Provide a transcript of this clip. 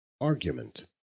Argument